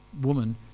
woman